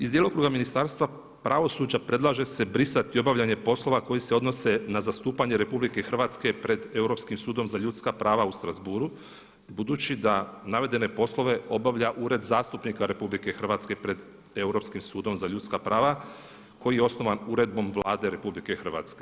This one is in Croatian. Iz djelokruga Ministarstva pravosuđe predlaže se brisati obavljanje poslova koji se odnose na zastupanje RH pred Europskim sudom za ljudska prava u Strazbourgu, budući da navedene poslove obavlja Ured zastupnika RH pred Europskim sudom za ljudska prava koji je osnovan uredbom Vlade RH.